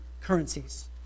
currencies